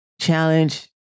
challenge